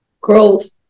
growth